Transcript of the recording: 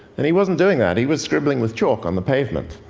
and he wasn't doing that. he was scribbling with chalk on the pavement.